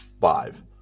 five